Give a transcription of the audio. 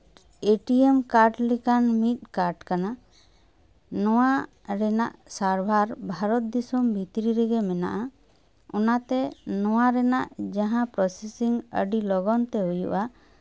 ATM card ᱞᱮᱠᱟᱱ ᱢᱤᱫ card ᱠᱟᱱᱟ ᱱᱚᱣᱟ ᱨᱮᱱᱟᱜ ᱥᱟᱨᱵᱷᱟᱨ ᱵᱷᱟᱨᱚᱛ ᱫᱤᱥᱚᱢ ᱵᱷᱤᱛᱨᱤ ᱨᱮᱜᱮ ᱢᱮᱱᱟᱜᱼᱟ ᱚᱱᱟᱛᱮ ᱱᱚᱣᱟ ᱨᱮᱱᱟᱜ ᱡᱟᱦᱟᱸ ᱯᱨᱚᱥᱮᱥᱤᱝ ᱟᱹᱰᱤ ᱞᱚᱜᱚᱱ ᱛᱮ ᱦᱩᱭᱩᱜᱼᱟ